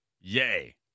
Yay